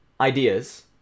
ideas